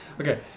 Okay